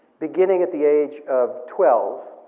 beginning at the age of twelve,